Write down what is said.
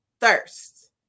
thirst